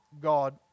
God